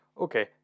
okay